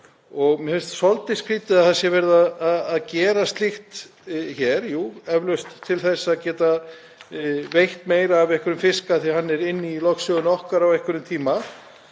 Mér finnst svolítið skrýtið að það sé verið að gera slíkt hér — jú, eflaust til að geta veitt meira af einhverjum fiski af því að hann er inni í lögsögu okkar á einhverjum tíma.